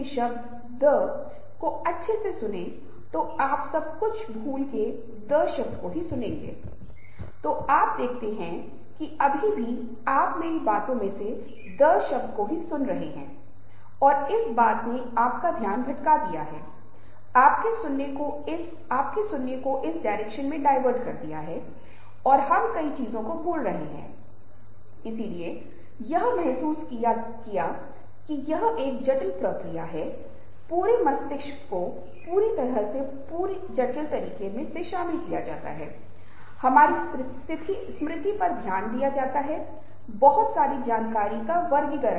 अब मैं विभिन्न प्रकार की शैलियों के बारे में बात करने जा रहा हूँ वास्तव में विशेषज्ञों द्वारा लिखी या समझी जाने वाली शैलियों की अधिक संख्या है लेकिन मैंने व्यक्तिगत रूप से पाया कि तीन शैलियां नामक नोबल सोक्रेटिक और रिफ्लेक्टिव बहुत महत्वपूर्ण है